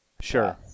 Sure